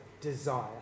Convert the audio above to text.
desire